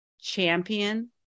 champion